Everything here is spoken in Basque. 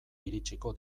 iritsiko